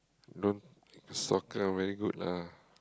don't soccer very good lah